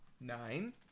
Nine